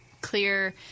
clear